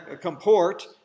comport